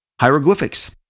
hieroglyphics